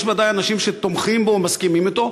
יש ודאי אנשים שתומכים בו ומסכימים אתו,